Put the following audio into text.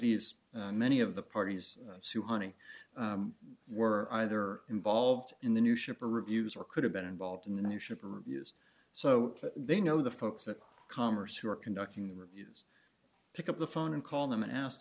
these many of the parties suwannee were either involved in the new ship or reviews or could have been involved in the new ship or reviews so they know the folks at commerce who are conducting the reviews pick up the phone and call them and asked